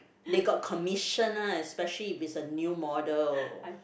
they got commission one especially if it's a new model